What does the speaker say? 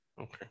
Okay